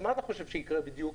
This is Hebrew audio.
אז מה אתה חושב שיקרה בדיוק?